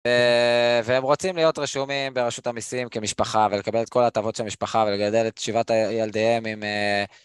והם רוצים להיות רשומים ברשות המיסים כמשפחה ולקבל את כל ההטבות של המשפחה ולגדל את שבעת ילדיהם עם...